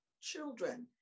children